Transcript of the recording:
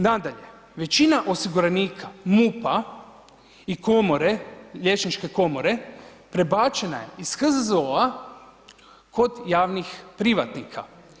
Nadalje, većina osiguranika MUP-a i komore, liječničke komore, prebačena je iz HZZO-a kod javnih privatnika.